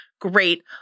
great